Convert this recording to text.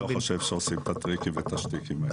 אני לא חושב שעושים את הטריקים ואת השטיקים האלה.